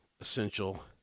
essential